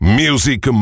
music